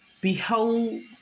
behold